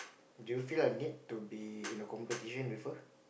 do you feel a need to be in a competition with her